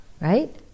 right